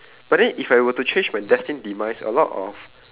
but then if I were to change my destined demise a lot of